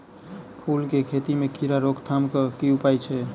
फूल केँ खेती मे कीड़ा रोकथाम केँ की उपाय छै?